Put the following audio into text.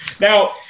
Now